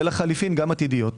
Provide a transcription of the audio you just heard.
ולחליפין גם עתידיות.